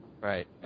Right